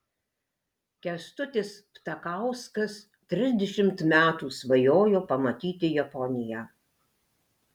kęstutis ptakauskas trisdešimt metų svajojo pamatyti japoniją